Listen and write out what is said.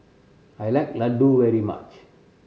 I like Ladoo very much